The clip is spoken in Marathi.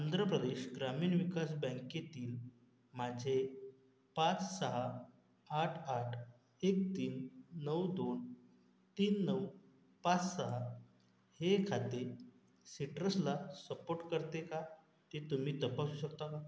आंध्र प्रदेश ग्रामीण विकास बँकेतील माझे पाच सहा आठ आठ एक तीन नऊ दोन तीन नऊ पाच सहा हे खाते सिट्रसला सपोट करते का ते तुम्ही तपासू शकता का